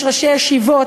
יש ראשי ישיבות,